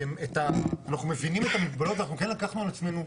אנחנו מבינים את המוגבלות אנחנו לקחנו על עצמנו,